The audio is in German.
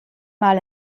mal